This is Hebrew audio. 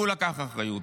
והוא לקח אחריות.